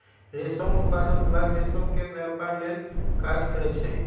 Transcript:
रेशम उत्पादन विभाग रेशम के व्यपार लेल काज करै छइ